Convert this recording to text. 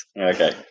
Okay